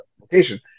location